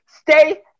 stay